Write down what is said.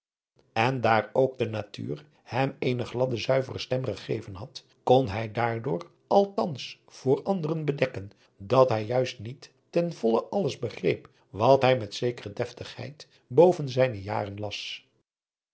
en daar ook de natuur hem eene gladde zuivere stem gegeven had kon hij daardoor althans voor anderen bedekken dat hij juist niet ten volle alles begreep wat hij met zekere deftigheid boven zijne jaren las